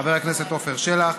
חבר הכנסת עפר שלח,